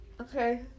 Okay